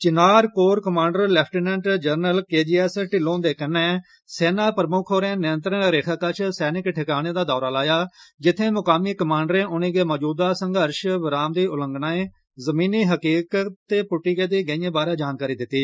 चिनार corps commander lieutenant general K J S Dhillon हुंदे कन्नै सेना प्रमुक्ख होरें नियंत्रण रेखा कश सैनिक ठिकानें दा दौरा लाया जित्थे मकामी कमांडरें उनेंगी मजूदा संघर्ष विराम दी उल्लंघनाएं जमीनी हकीकत ते पुट्टी गेदी गेईए बारे जानकारी दित्ती